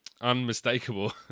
unmistakable